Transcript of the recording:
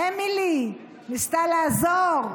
אמילי ניסתה לעזור,